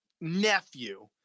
nephew